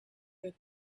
good